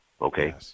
okay